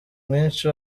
mwinshi